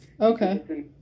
Okay